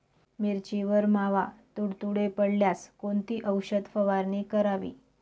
मिरचीवर मावा, तुडतुडे पडल्यास कोणती औषध फवारणी करावी?